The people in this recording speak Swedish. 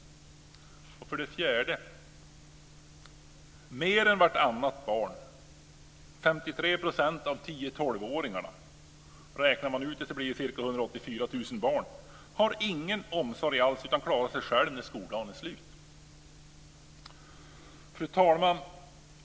omräknat blir det 184 000 barn - har ingen omsorg alls utan klarar sig själva när skoldagen är slut. Fru talman!